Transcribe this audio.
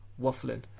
waffling